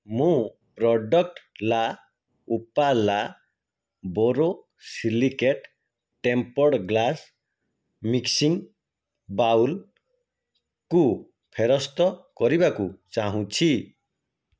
ମୁଁ product La Opala borosilicate tempered glass mixing ବାଉଲ୍କୁ ଫେରସ୍ତ କରିବାକୁ ଚାହୁଁଛି